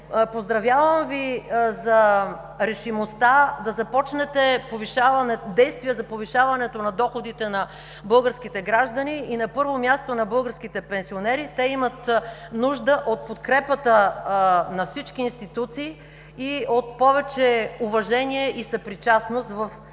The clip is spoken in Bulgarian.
Поздравявам Ви за решимостта да започнете действия за повишаването на доходите на българските граждани и на първо място – на българските пенсионери. Те имат нужда от подкрепата на всички институции и от повече уважение и съпричастност в обществото.